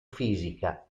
fisica